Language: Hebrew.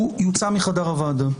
הוא יוצא מחדר הוועדה.